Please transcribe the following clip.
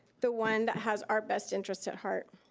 the one that has our best interest at heart.